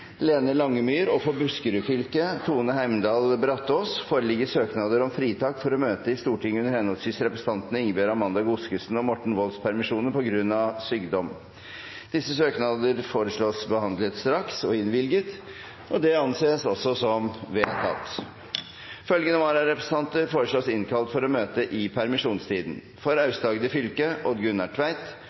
Lene Langemyr, og for Buskerud fylke, Tone Heimdal Brataas, foreligger søknader om fritak for å møte i Stortinget under henholdsvis representantene Ingebjørg Amanda Godskesens og Morten Wolds permisjoner, på grunn av sykdom. Etter forslag fra presidenten ble enstemmig besluttet: Søknadene behandles straks og innvilges. Følgende vararepresentanter innkalles for å møte i permisjonstiden: For Aust-Agder fylke: Odd Gunnar